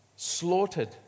slaughtered